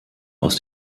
aus